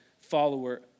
follower